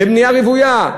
לבנייה רוויה.